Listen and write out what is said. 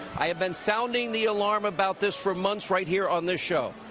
i've been sounding the alarm about this for months right here on this show.